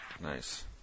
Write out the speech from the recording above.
Nice